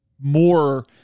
more